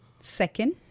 Second